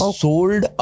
sold